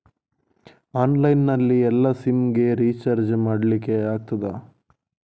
Online ನಲ್ಲಿ ಎಲ್ಲಾ sim ಗೆ ರಿಚಾರ್ಜ್ ಮಾಡಲಿಕ್ಕೆ ಆಗ್ತದಾ?